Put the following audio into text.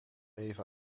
even